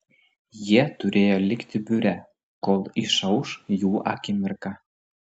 jie turėjo likti biure kol išauš jų akimirka